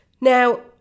Now